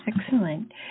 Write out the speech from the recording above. excellent